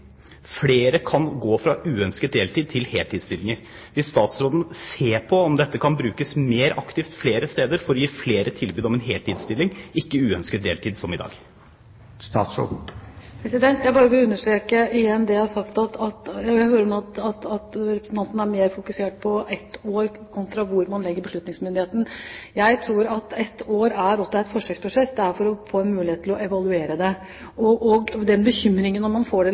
tilbud om en heltidsstilling, ikke uønsket deltid, som i dag? Jeg vil bare understreke igjen det jeg har sagt. Jeg hører at representanten er mer fokusert på ett år kontra hvor man legger beslutningsmyndigheten. Det er et forsøksprosjekt, og det er for å få en mulighet til å evaluere det. Når det gjelder bekymringen for om man får det